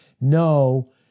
no